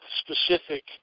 specific